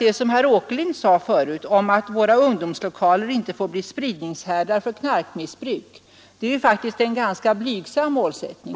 Det som herr Åkerlind sade förut om att våra ungdomslokaler inte får bli spridningshärdar för knarkmissbruk är faktiskt en ganska blygsam målsättning.